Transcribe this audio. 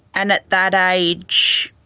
and at that age,